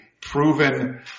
proven